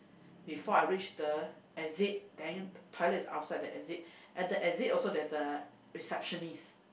before I reach the exit then toilet is outside the exit at the exit also a receptionist